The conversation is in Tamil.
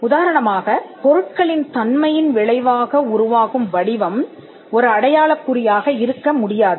உதாரணமாகப் பொருட்களின் தன்மையின் விளைவாக உருவாகும் வடிவம் ஒரு அடையாளக் குறியாக இருக்க முடியாது